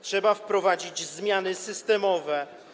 Trzeba wprowadzić zmiany systemowe.